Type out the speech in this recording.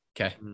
Okay